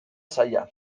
zaila